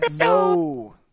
No